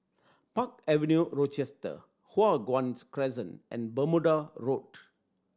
Park Avenue Rochester Hua Guan Crescent and Bermuda Road